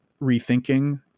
rethinking